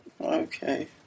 Okay